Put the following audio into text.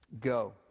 go